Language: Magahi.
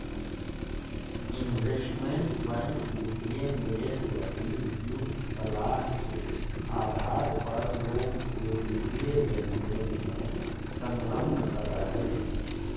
इन्वेस्टमेंट बैंक वित्तीय निवेश लगी उपयुक्त सलाह के आधार पर लोग के वित्तीय लेनदेन में संलग्न करऽ हइ